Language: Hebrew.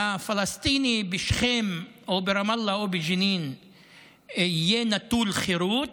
הפלסטיני בשכם או ברמאללה או בג'נין יהיה נטול חירות